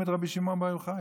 , לרבי שמעון בר יוחאי.